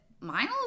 miles